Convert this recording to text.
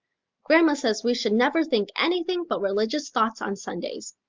grandma says we should never think anything but religious thoughts on sundays.